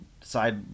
side